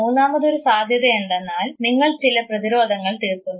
മൂന്നാമതൊരു സാധ്യത എന്തെന്നാൽ നിങ്ങൾ ചില പ്രതിരോധങ്ങൾ തീർക്കുന്നു